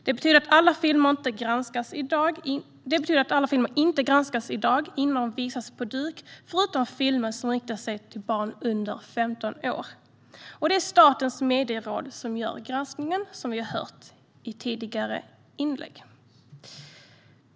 Det betyder att alla filmer inte granskas innan de visas på duk förutom filmer som riktar sig till barn under femton år. Det är Statens medieråd som gör granskningen, som vi hört i tidigare inlägg.